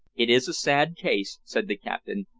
it is a sad case, said the captain,